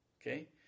Okay